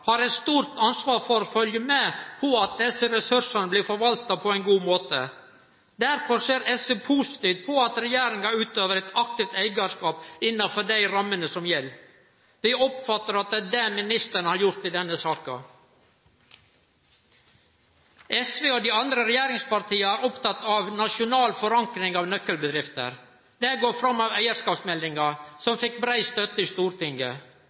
har eit stort ansvar for å følgje med på at desse ressursane blir forvalta på ein god måte. Derfor ser SV positivt på at regjeringa utøver ein aktiv eigarskap innafor dei rammene som gjeld. Vi oppfattar at det er det ministeren har gjort i denne saka. SV og dei andre regjeringspartia er opptekne av nasjonal forankring av nøkkelbedrifter. Det går fram av eigarskapsmeldinga, som fekk brei støtte i Stortinget.